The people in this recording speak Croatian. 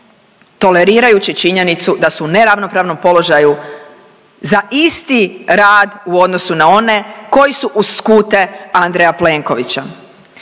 tolerirajući činjenicu da su u neravnopravnom položaju za isti rad u odnosu na one koji su uz skute Andreja Plenkovića.